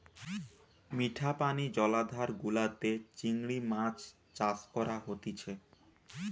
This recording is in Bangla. মিঠা পানি জলাধার গুলাতে চিংড়ি মাছ চাষ করা হতিছে